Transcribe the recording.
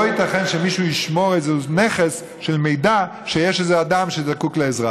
לא ייתכן שמישהו ישמור איזה נכס של מידע כשיש איזה אדם שזקוק לעזרה.